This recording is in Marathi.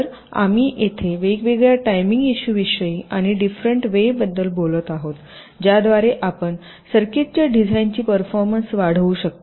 तर आम्ही येथे वेगवेगळ्या टायमिंग इशुविषयी आणि डिफरेंट वे बद्दल बोलत आहोत ज्याद्वारे आपण सर्किटच्या डिझाइनची परफॉर्मन्स वाढवू शकता